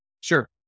Sure